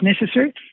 necessary